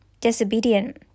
disobedient